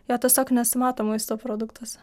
jo tiesiog nesimato maisto produktuose